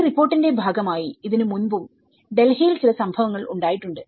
ഈ റിപ്പോർട്ടിന്റെ ഭാഗമായി ഇതിനു മുൻപും ഡൽഹിയിൽ ചില സംഭവങ്ങൾ ഉണ്ടായിട്ടുണ്ട്